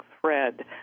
thread